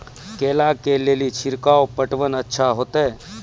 केला के ले ली छिड़काव पटवन अच्छा होते?